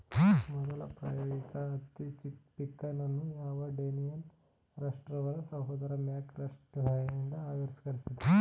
ಮೊದಲ ಪ್ರಾಯೋಗಿಕ ಹತ್ತಿ ಪಿಕ್ಕರನ್ನು ಜಾನ್ ಡೇನಿಯಲ್ ರಸ್ಟ್ ಅವರ ಸಹೋದರ ಮ್ಯಾಕ್ ರಸ್ಟ್ ಸಹಾಯದಿಂದ ಆವಿಷ್ಕರಿಸಿದ್ರು